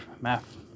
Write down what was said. math